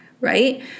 right